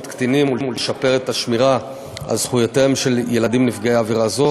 קטינים ולשפר את השמירה על זכויותיהם של ילדים נפגעי עבירה זו.